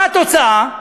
מה התוצאה?